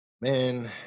man